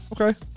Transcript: Okay